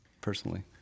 personally